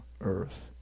earth